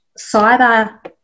cyber